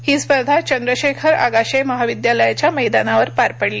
ही स्पर्धा चंद्रशेखर आगाशे महाविद्यालयाच्या मैदानावर पार पडली